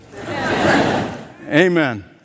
Amen